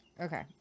Okay